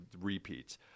repeats